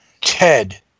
Ted